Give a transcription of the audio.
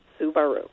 Subaru